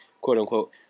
quote-unquote